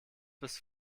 bis